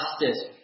justice